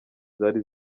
zari